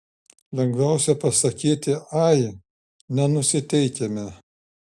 lengviausia pasakyti ai nenusiteikėme